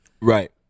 Right